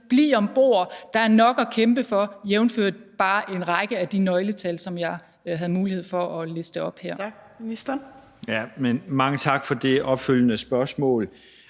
Bliv om bord, der er nok at kæmpe for – jævnfør bare en række af de nøgletal, som jeg havde mulighed for at liste op her. Kl. 14:57 Fjerde næstformand